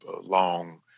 Long